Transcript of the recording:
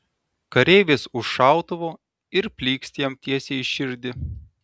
kareivis už šautuvo ir plykst jam tiesiai į širdį